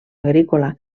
agrícola